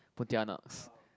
Pontianaks